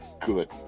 Good